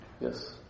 Yes